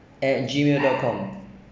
at gmail dot com